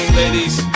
ladies